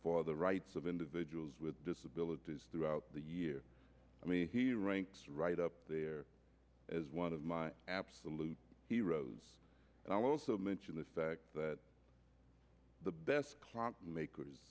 for the rights of individuals with disabilities throughout the year i mean he ranks right up there as one of my absolute heroes and i'll also mention the fact that the best plant makers